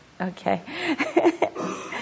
Okay